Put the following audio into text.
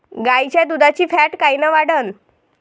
गाईच्या दुधाची फॅट कायन वाढन?